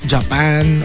Japan